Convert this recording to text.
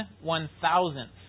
one-thousandth